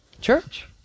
church